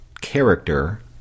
character